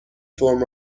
فرم